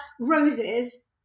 roses